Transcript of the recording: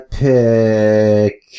pick